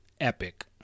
Epic